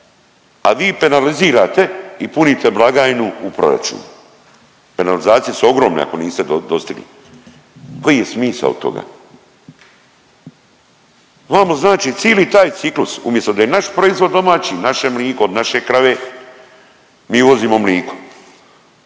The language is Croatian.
a vi penalizirate i punite blagajnu u proračunu, penalizacije su ogromne ako niste dostigli, koji je smisao toga? Vama znači cili taj ciklus umjesto da je naš proizvod domaći, naše mliko od naše krave, mi uvozimo mliko,